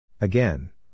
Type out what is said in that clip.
Again